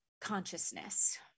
Consciousness